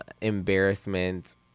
embarrassment